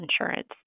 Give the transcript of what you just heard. insurance